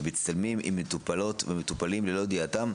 ומצטלמים עם מטופלות ומטופלים ללא ידיעתם,